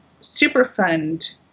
Superfund